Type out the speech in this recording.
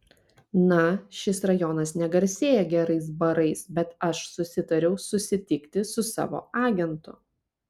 na šis rajonas negarsėja gerais barais bet aš susitariau susitikti su savo agentu